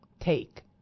take